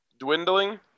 Dwindling